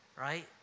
Right